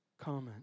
Comment